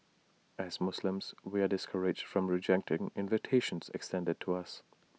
as Muslims we are discouraged from rejecting invitations extended to us